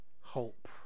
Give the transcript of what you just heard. hope